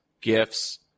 gifts